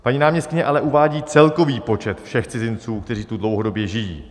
Paní náměstkyně ale uvádí celkový počet všech cizinců, kteří tu dlouhodobě žijí.